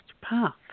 path